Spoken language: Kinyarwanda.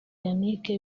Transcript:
yannick